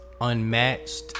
Unmatched